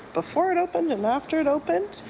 before it opened and after it opened.